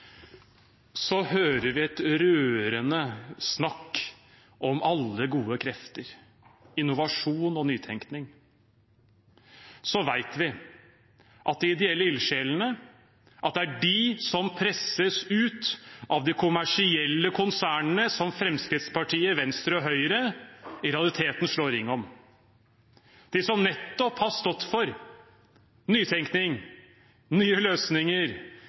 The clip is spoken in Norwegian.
Så hører vi et rørende snakk om alle gode krefter, innovasjon og nytenkning. Vi vet at det er de ideelle ildsjelene som presses ut av de kommersielle konsernene, som Fremskrittspartiet, Venstre og Høyre i realiteten slår ring om. Nettopp de som har stått for nytenkning, nye løsninger